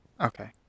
Okay